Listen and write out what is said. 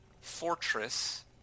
Fortress